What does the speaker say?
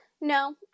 no